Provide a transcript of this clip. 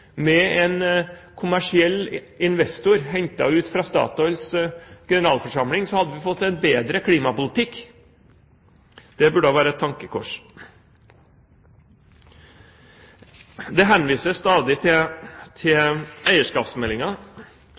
med en kommersiell investor hentet ut fra Statoils generalforsamling, hadde vi fått en bedre klimapolitikk? Det burde da være et tankekors. Det henvises stadig til eierskapsmeldingen, og man trenger ikke å komme lenger enn til